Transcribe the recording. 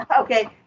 okay